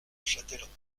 châtellerault